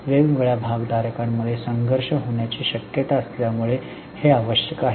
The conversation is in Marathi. वेगवेगळ्या भागधारकांमध्ये संघर्ष होण्याची शक्यता असल्यामुळे हे आवश्यक आहे